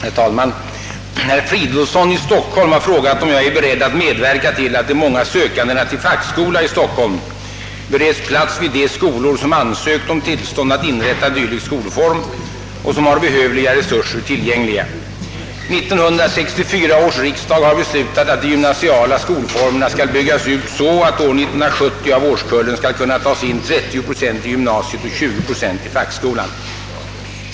Herr talman! Herr Fridolfsson i Stockholm har frågat om jag är beredd att medverka till att de många sökandena till fackskola i Stockholm bereds plats vid de skolor som ansökt om tillstånd att inrätta dylik skolform och som har behövliga resurser tillgängliga. 1964 års riksdag har beslutat, att de gymnasiala skolformerna skall byggas ut så att år 1970 av årskullen skall kunna tas in 30 procent i gymnasiet och 20 procent i fackskolan.